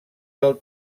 del